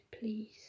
please